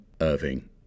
Irving